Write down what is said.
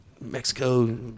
Mexico